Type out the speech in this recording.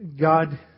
God